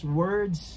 words